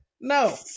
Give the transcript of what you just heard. No